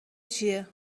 چیه